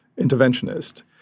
interventionist